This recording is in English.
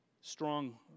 strong